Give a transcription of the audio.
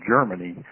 Germany